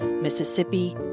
Mississippi